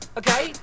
okay